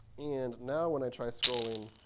and now when i try scrolling,